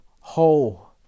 whole